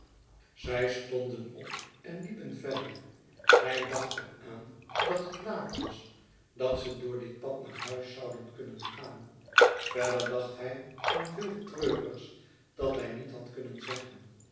zij stonden op en liepen verder hij dacht er aan dat het laat was dat ze door dt pad naar huis zouden kunnen gaan verder dacht hij aan veel treurigs dat hij niet had kunnen zeggen